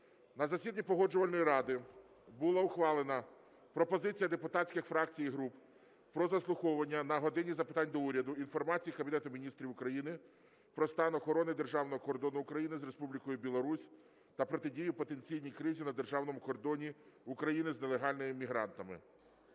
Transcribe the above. На засіданні Погоджувальної ради була ухвалена пропозиція депутатських фракцій і груп про заслуховування на "годині запитань до Уряду" інформації Кабінету Міністрів України про стан охорони державного кордону України з Республікою Білорусь та протидії потенційній кризі на державному кордоні України з нелегальними мігрантами.